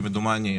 כמדומני,